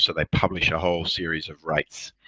so they publish a whole series of rates.